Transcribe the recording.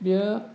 बेयो